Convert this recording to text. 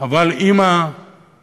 אבל עם המפונים,